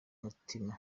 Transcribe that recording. umutima